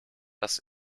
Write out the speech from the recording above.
das